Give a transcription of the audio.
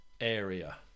area